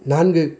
நான்கு